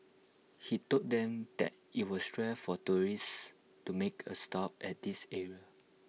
he told them that IT was rare for tourists to make A stop at this area